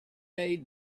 made